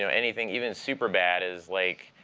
so anything even superbad is like,